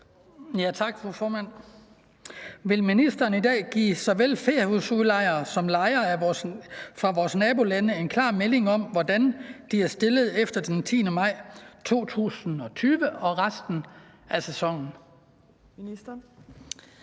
formand. Vil ministeren i dag give såvel feriehusudlejere som lejere fra vores nabolande en klar melding om, hvordan de er stillet efter den 10. maj 2020 og resten af sæsonen?